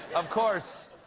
of course,